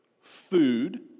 food